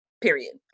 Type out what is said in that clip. period